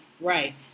Right